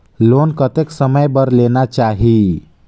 Loan कतेक समय बर लेना चाही?